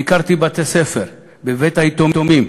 ביקרתי בבתי-הספר, בבית-היתומים,